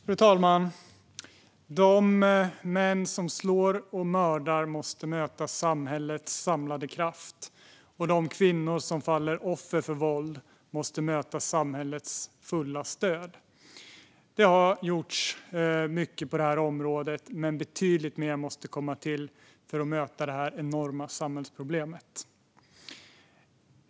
Fru talman! De män som slår och mördar måste möta samhällets samlade kraft, och de kvinnor som faller offer för våld måste möta samhällets fulla stöd. Det har gjorts mycket på det här området, men betydligt mer måste komma till för att möta detta enorma samhällsproblem.